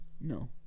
No